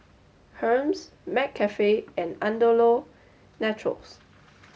Hermes McCafe and Andalou Naturals